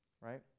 Right